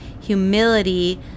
humility